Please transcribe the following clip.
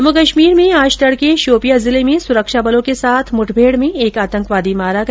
जम्मू कश्मीर में आज तड़के शोपियां जिले में सुरक्षा बलों के साथ मुठभेड़ में एक आतंकवादी मारा गया